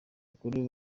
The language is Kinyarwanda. bakuru